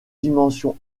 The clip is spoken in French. dimension